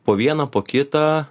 po vieną po kitą